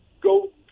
go